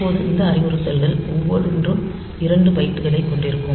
இப்போது இந்த அறிவுறுத்தல்கள் ஒவ்வொன்றும் 2 பைட்டுகளைக் கொண்டிருக்கும்